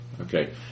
okay